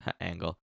angle